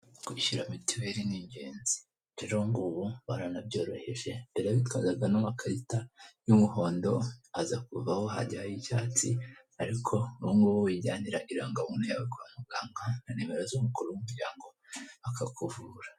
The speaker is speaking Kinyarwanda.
Kwishyura mitiweli ni ingenzi rero ubungubu baranabyoroheje, mbere witwazaga ano makarita y'umuhondo aza kuvaho hajyaho ay'icyatsi ariko ubungubu wijyanira irangabuntu yawe kwa mugangaka na nimero z'umukuru w'umuryango bakakuvura.